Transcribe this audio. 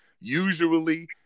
usually